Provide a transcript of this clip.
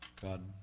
God